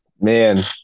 man